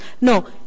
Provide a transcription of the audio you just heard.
No